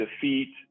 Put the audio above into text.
defeat